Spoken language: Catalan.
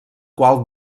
qual